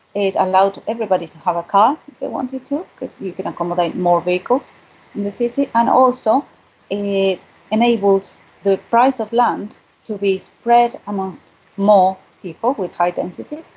it allowed everybody to have a car if they wanted to because you could accommodate more vehicles in the city. and also it enabled the price of land to be spread amongst more people with high density,